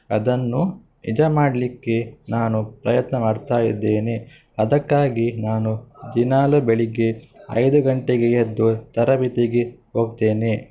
ಅದನ್ನು ನಿಜ ಮಾಡಲಿಕ್ಕೆ ನಾನು ಪ್ರಯತ್ನ ಮಾಡ್ತಾ ಇದ್ದೇನೆ ಅದಕ್ಕಾಗಿ ನಾನು ದಿನಾಲೂ ಬೆಳಗ್ಗೆ ಐದು ಗಂಟೆಗೆ ಎದ್ದು ತರಬೇತಿಗೆ ಹೋಗ್ತೇನೆ